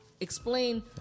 explain